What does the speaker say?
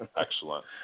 Excellent